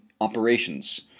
operations